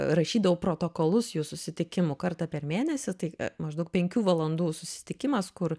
rašydavau protokolus jų susitikimų kartą per mėnesį tai maždaug penkių valandų susitikimas kur